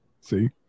See